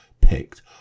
picked